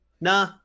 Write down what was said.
nah